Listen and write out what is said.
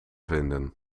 vinden